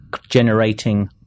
generating